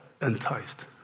enticed